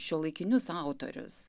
šiuolaikinius autorius